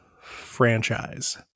franchise